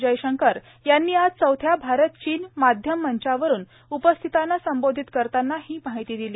जयशंकर यांनी आज चौथ्या भारत चीन माध्यम मंचावरून उपस्थितांना संबोधित करतांना ही माहिती दिली